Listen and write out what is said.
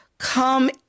come